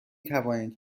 توانید